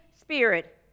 spirit